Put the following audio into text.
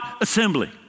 assembly